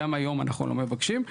גם היום אנחנו לא מבקשים.